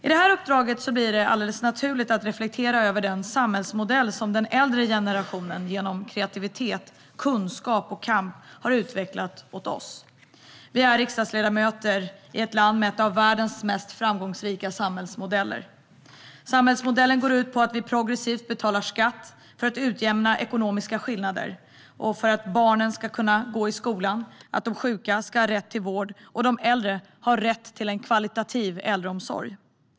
I det här uppdraget blir det alldeles naturligt att reflektera över den samhällsmodell som den äldre generationen genom kreativitet, kunskap och kamp har utvecklat åt oss. Vi är riksdagsledamöter i ett land med en av världens mest framgångsrika samhällsmodeller. Samhällsmodellen går ut på att vi progressivt betalar skatt för att utjämna ekonomiska skillnader, för att barnen ska kunna gå i skolan, för att de sjuka ska ha rätt till vård och för att de äldre ska ha rätt till en kvalitativ äldreomsorg.